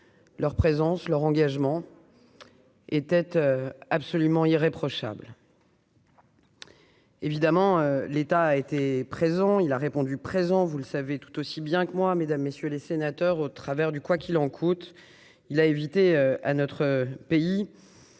leur présence, leur engagement et tête absolument irréprochable. évidemment, l'État a été présent, il a répondu présent, vous le savez, tout aussi bien que moi, mesdames, messieurs les sénateurs, au travers du quoi qu'il en coûte, il a évité à notre pays